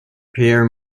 pierre